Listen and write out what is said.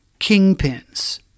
kingpins